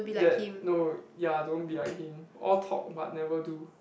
that no ya don't be like him all talk but never do